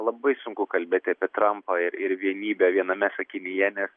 labai sunku kalbėti apie trampą ir ir vienybę viename sakinyje nes